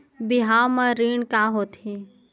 बिहाव म ऋण का होथे?